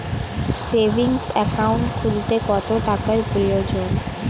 Savings account খুলতে কত টাকার প্রয়োজন?